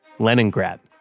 leningrad.